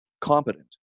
competent